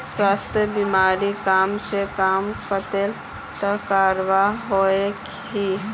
स्वास्थ्य बीमा कम से कम कतेक तक करवा सकोहो ही?